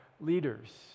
leaders